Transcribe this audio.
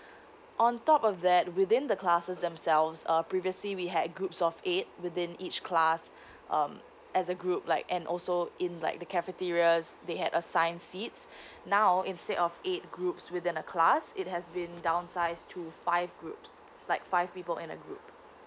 on top of that within the classes themselves uh previously we had groups of eight within each class um as a group like and also in like the cafeterias they had assigned seats now instead of eight groups within a class it has been downsize to five groups like five people in a group